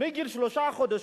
מגיל שלושה חודשים.